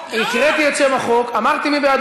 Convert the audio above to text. אני עליתי במשקל, אז לא הספקתי לרוץ להצביע.